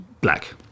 black